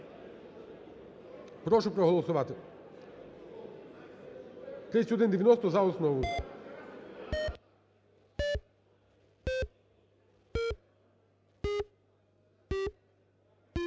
Прошу проголосувати. 3190 за основу.